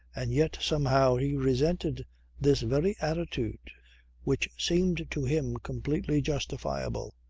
and yet somehow he resented this very attitude which seemed to him completely justifiable.